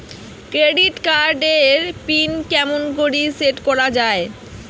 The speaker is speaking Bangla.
ক্রেডিট কার্ড এর পিন কেমন করি সেট করা য়ায়?